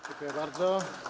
Dziękuję bardzo.